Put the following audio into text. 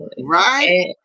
Right